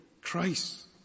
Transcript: Christ